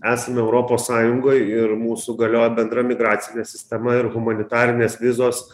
esame europos sąjungoj ir mūsų galioja bendra migracinė sistema ir humanitarinės vizos